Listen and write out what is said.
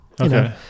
okay